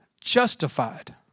justified